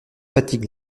fatigue